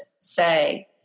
say